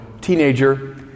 teenager